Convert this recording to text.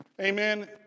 amen